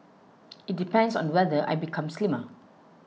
it depends on whether I become slimmer